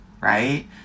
right